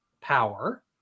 power